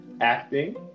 acting